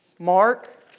Mark